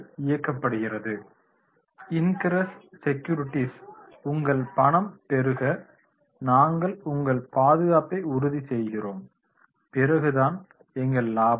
ingress Securities உங்கள் பணம் பெறுக நாங்கள் உங்கள் பாதுகாப்பை உறுதி செய்கிறோம் பிறகுதான் எங்கள் லாபம்